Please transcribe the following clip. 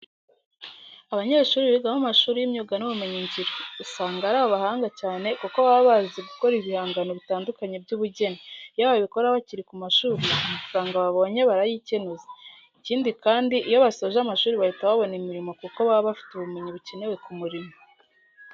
Abanyeshuri biga mu mashuri y'imyuga n'ubumenyingiro, usanga ari abahanga cyane kuko baba bazi gukora ibihangano bitandukanye by'ubugeni. Iyo babikora bakiri ku mashuri, amafaranga babonye barayikenuza. Ikindi kandi, iyo basoje amashuri bahita babona imirimo kuko baba bafite ubumenyi bukenewe ku murimo.